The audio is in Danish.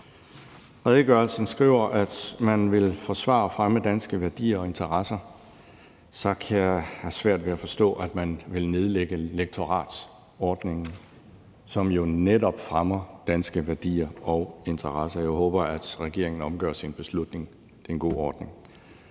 redegørelsen skriver man, at man vil forsvare og fremme danske værdier og interesser, og så kan jeg have svært ved at forstå, at man vil nedlægge lektoratsordningen, som jo netop fremmer danske værdier og interesser. Jeg håber, at regeringen omgør sin beslutning. Det er en god ordning.